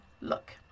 look